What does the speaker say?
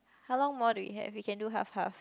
how long more do we have we can do half half